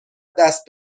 دست